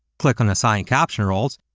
click on assign caption roles,